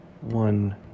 one